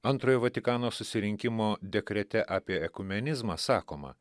antrojo vatikano susirinkimo dekrete apie ekumenizmą sakoma